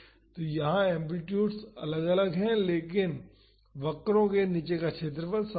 तो यहाँ एम्पलीटुडस भिन्न हैं लेकिन इन वक्रों के नीचे का क्षेत्रफल समान है